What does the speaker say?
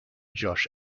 josh